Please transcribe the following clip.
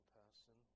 person